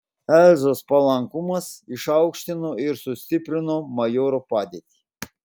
elzos palankumas išaukštino ir sustiprino majoro padėtį